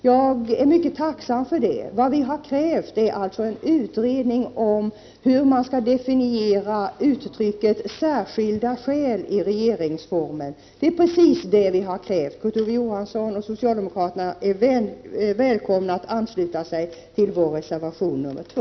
Jag är mycket tacksam för det. Vad vi har krävt är alltså en utredning om hur man skall definiera uttrycket särskilda skäl i regeringsformen. Kurt Ove Johansson och socialdemokraterna är välkomna att ansluta sig till vår reservation nr 2.